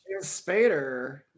Spader